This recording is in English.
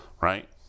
right